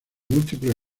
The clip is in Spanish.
múltiples